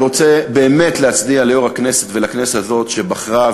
אני רוצה באמת להצדיע ליו"ר הכנסת ולכנסת הזאת שבחרה,